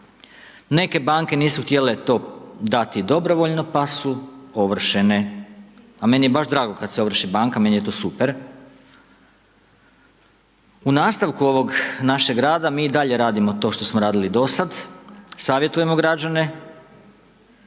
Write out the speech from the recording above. neke banke nisu htjele to dati dobrovoljno, pa su ovršene. A meni je baš drago, kad se ovrši banka, meni je to super, u nastavku ovog našeg rada, mi i dalje radimo to što smo radili do sada, savjetujemo građane,